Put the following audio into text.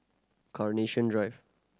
Carnation Drive